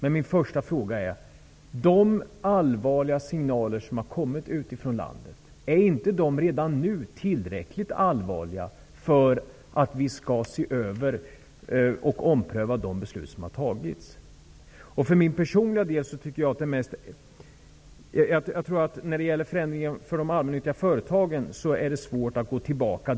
Utifrån landet har det kommit allvarliga signaler. Är de inte redan nu tillräckligt allvarliga för att vi skall se över och ompröva de beslut som har fattats? Jag tror att det är svårt att vrida klockan tillbaka när det gäller förändringen för de allmännyttiga företagen.